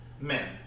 men